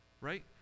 right